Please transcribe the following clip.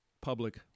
public